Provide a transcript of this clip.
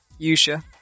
Yusha